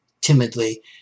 timidly